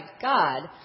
God